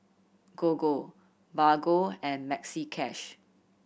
Gogo Bargo and Maxi Cash